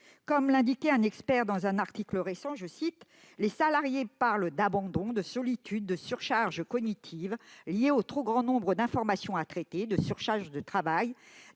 Comme l'indiquait un expert dans un article récent, « les salariés parlent d'abandon, de solitude, de surcharge cognitive liée au trop grand nombre d'informations à traiter, de surcharge de travail,